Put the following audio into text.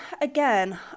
again